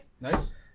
Nice